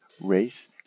race